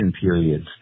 periods